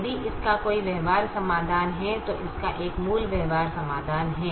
यदि इसका कोई व्यवहार्य समाधान है तो इसका एक मूल व्यवहार्य समाधान है